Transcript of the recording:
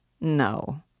no